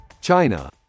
China